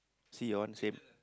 see your one same